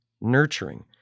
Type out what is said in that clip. nurturing